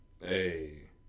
Hey